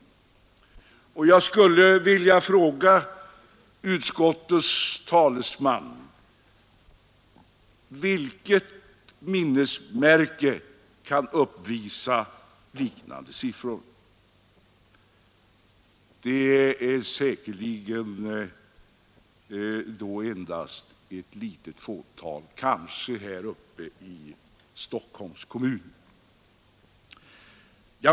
Jag skulle vilja fråga utskottets talesman: Vilket minnesmärke kan uppvisa liknande siffror? Möjligen i så fall ett litet fåtal minnesmärken i Stockholms kommun.